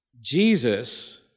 Jesus